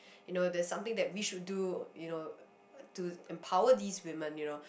you know there's something that we should do you know to empower these women you know